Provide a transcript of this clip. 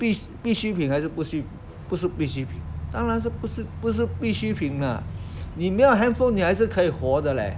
必必需品还是不需不是必需品当然是不是不是必需品 ah 你没有 handphone 你还是可以活的 leh